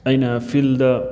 ꯑꯩꯅ ꯐꯤꯜꯗ